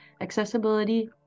accessibility